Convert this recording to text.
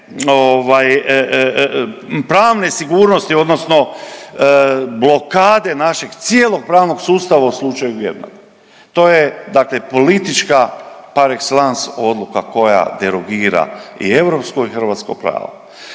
pravne sigurnosti odnosno blokade našeg cijelog pravnog sustava u slučaju bijega. To je dakle politička par exellence odluka koja derogira i europsko i hrvatsko pravo.